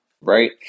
right